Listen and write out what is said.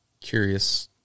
curious